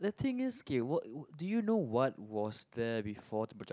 the thing is k wh~ wh~ what do you know what was there before the project